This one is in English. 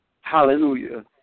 Hallelujah